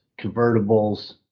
convertibles